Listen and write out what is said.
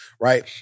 right